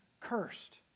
cursed